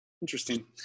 Interesting